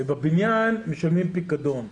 בבניין משלמים פיקדון.